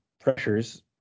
pressures